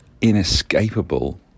inescapable